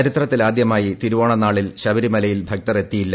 ചരിത്രത്തിലാദ്യമായി തിരുവോണനാളിൽ ശബരിമലയിൽ ഭക്തർ എത്തിയില്ല